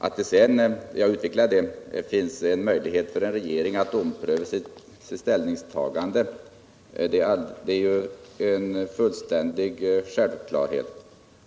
Att det sedan finns möjlighet för en regering att ompröva sitt ställningstagande är ju en fullständig självklarhet.